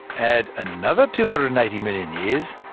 add another two hundred and eighty million years,